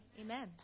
amen